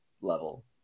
level